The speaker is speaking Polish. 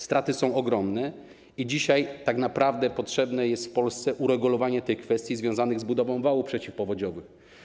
Straty są ogromne i dzisiaj tak naprawdę potrzebne jest w Polsce uregulowanie kwestii związanych z budową wałów przeciwpowodziowych.